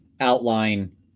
outline